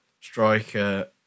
Striker